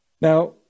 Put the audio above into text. Now